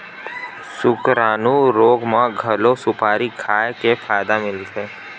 सुकरानू रोग म घलो सुपारी खाए ले फायदा मिलथे